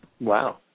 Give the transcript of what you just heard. Wow